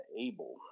able